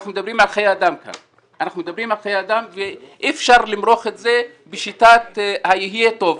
אנחנו מדברים כאן על חיי אדם ואי אפשר למרוח את זה בשיטת יהיה טוב,